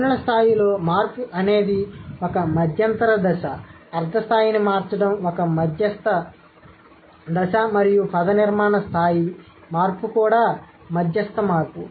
ధ్వనుల స్థాయిలో మార్పు అనేది ఒక మధ్యంతర దశ అర్థ స్థాయిని మార్చడం ఒక మధ్యస్థ దశ మరియు పదనిర్మాణ స్థాయి మార్పు కూడా మధ్యస్థ మార్పు